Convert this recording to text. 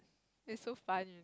it's so fun